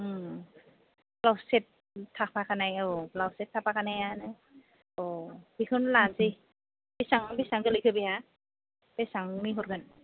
ब्लावस सेथ थाफाखानाय औ ब्लावस सेथ थाफाखानायानो औ बेखौनो लानसै बेसेबां बेसेबां गोलैखो बेहा बेसेबांनि हरगोन